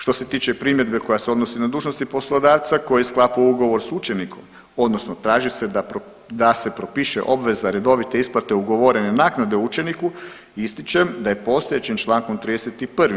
Što se tiče primjedbe koja se odnosi na dužnosti poslodavca koji sklapa ugovor sa učenikom, odnosno traži se da se propiše obveza redovite isplate ugovorene naknade učeniku ističem da je postojećim člankom 31.